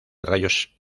rayos